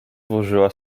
włożyła